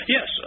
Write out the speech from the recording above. Yes